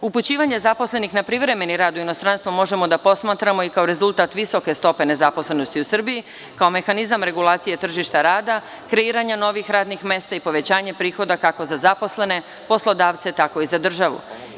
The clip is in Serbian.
Upućivanje zaposlenih na privremeni rad u inostranstvo možemo da posmatramo i kao rezultat visoke stope nezaposlenosti u Srbiji, kao mehanizam regulacije tržišta rada, kreiranja novih radnih mesta i povećanje prihoda kako za zaposlene, poslodavce, tako i za državu.